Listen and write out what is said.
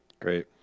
Great